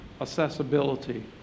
accessibility